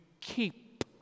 keep